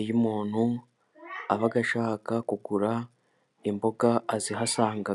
iyo umuntu aba ashaka kugura imboga azihasanga.